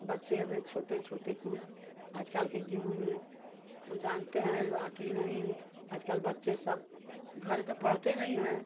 बच्चे अभी छोटे छोटे कुल आजकल के युग में तो जानते हैं कि नहीं आजकल बच्चे सब घर पर तो पढ़ते नहीं हैं